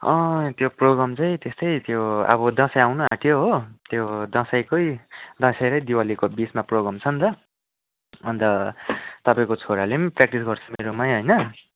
त्यो प्रोग्राम चाहिँ त्यस्तै त्यो अब दसैँ आउन आँट्यो हो त्यो दसैँ कोही दसैँ र दिवालीको बिचमा प्रोग्राम छ नि त अन्त तपाईँको छोराले पनि प्र्याक्टिस गर्छ मेरोमै होइन